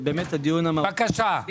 בבקשה.